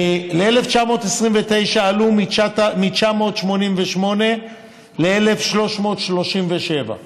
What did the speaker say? ל-1,929 עלו מ-988 שקלים ל-1,337.